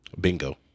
bingo